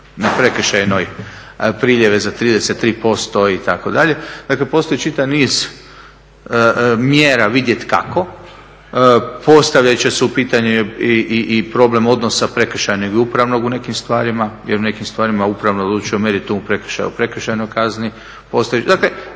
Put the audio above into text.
na prekršajnoj priljeve za 33% itd.. Dakle postoji čitav niz mjera vidjeti kako, postavljati će se u pitanje i problem odnosa prekršajnog i upravnog u nekim stvarima jer u nekim stvarima upravni odlučuje o meritumu, prekršajni o